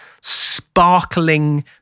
sparkling